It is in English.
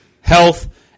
health